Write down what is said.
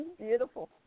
Beautiful